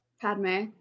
Padme